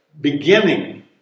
beginning